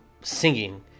singing